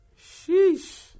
Sheesh